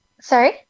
sorry